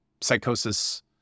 psychosis